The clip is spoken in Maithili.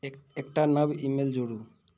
एक एकटा नव ईमेल जोड़ू